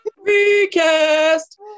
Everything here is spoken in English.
Recast